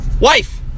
Wife